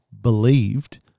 believed